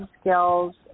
skills